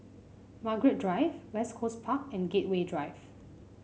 Margaret Drive West Coast Park and Gateway Drive